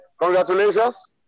congratulations